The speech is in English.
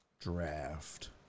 draft